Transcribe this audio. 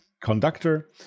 conductor